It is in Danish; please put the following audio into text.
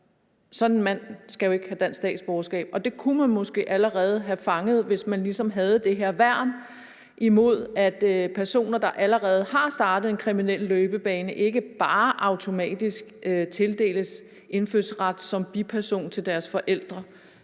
sådan en mand skal jo ikke have dansk statsborgerskab, og det kunne man måske allerede have fanget, hvis man ligesom havde det her værn mod, at personer, der allerede har startet en kriminel løbebane, ikke bare automatisk tildeles indfødsret som biperson til deres forældre,